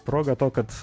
proga to kad